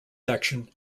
action